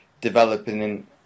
developing